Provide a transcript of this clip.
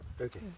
okay